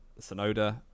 Sonoda